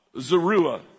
Zeruah